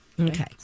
Okay